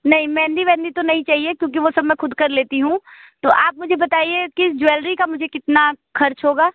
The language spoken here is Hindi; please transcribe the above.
नहीं मेहंदी वैंदी तो नहीं चाहिए क्योंकि वो सब मैं खुद कर लेती हूं तो आप मुझे बताइए कि ज्वेलरी का मुझे कितना खर्च होगा